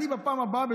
בפעם הבאה,